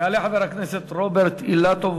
יעלה חבר הכנסת רוברט אילטוב,